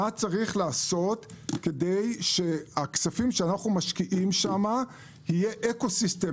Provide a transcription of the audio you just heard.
מה צריך לעשות כדי שעם הכספים שאנחנו משקיעים שם יהיה אקוסיסטם,